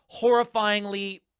horrifyingly